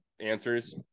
answers